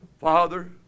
father